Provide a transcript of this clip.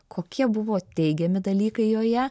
kokie buvo teigiami dalykai joje